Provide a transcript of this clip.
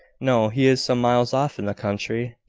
no he is some miles off in the country.